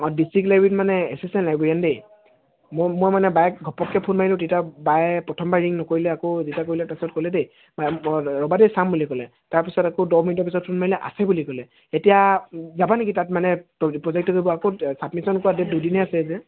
অঁ ডিষ্টিক্ট লাইব্ৰেৰীত মানে এচিছটেণ্ট লাইব্ৰেৰীয়ান দেই মই মই মানে বাইক ঘপককৈ ফোন মাৰিলোঁ তেতিয়া বায়ে প্ৰথমবাৰ ৰিং নকৰিলে আকৌ যেতিয়া কৰিলে ক'লে দেই ৰ'বা দেই চাম বুলি ক'লে তাৰপিছত আকৌ দহ মিনিটৰ পিছত ফোন কৰিলে আছে বুলি ক'লে এতিয়া যাবা নেকি তাত মানে প প্ৰজেক্টটোতো আকৌ চাবমিছন কৰিব ডে'ট দুদিনে আছে যে